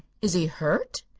is he hurt?